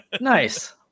nice